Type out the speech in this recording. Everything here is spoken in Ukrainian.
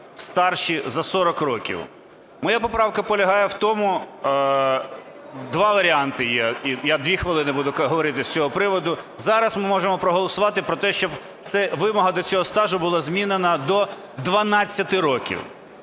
Моя поправка полягає в тому, два варіанти є. Я дві хвилини буду говорити з цього приводу. Зараз ми можемо проголосувати про те, щоб вимога до цього стажу була змінена до 12 років.